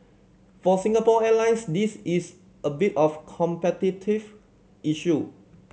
for Singapore Airlines this is a bit of a competitive issue